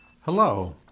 Hello